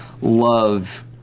love